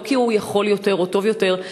לא כי הוא יכול יותר או טוב יותר,